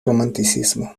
romanticismo